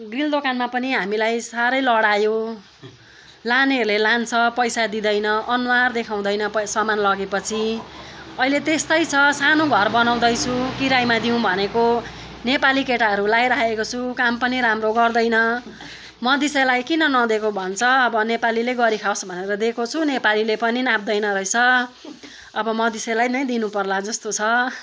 grill देकानमा पनि हामीलाई साह्रै लडायो लानेले लान्छ पैसा दिँदैन अनुहार देखाउँदैन पै सामान लगेपछि अहिले त्यस्तै छु सानो घर बनाउँदैछु किरायमा दिउँ भनेको नेपाली केटाहरूलाई राखेको छु काम पनि राम्रो गर्दैन मधेसीलाई किन नदिएको भन्छ अब नेपालीले गरिखाओस् भनेर दिएको छु नेपालीले पनि नेपालीले पनि नाप्दैन रहेछ अब मधेसीलाई नै दिनुपर्ला जस्तो छ